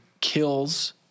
kills